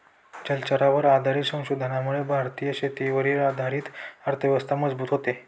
जलचरांवर आधारित संशोधनामुळे भारतीय शेतीवर आधारित अर्थव्यवस्था मजबूत होते